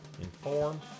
inform